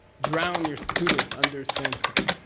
drown your students under sanskrit.